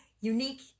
unique